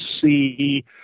see